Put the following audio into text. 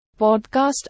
Podcast